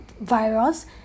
virus